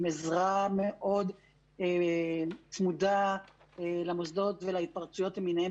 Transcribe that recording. עם עזרה מאוד צמודה למוסדות ולהתפרצויות למיניהן,